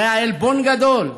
זה היה עלבון גדול עבורנו.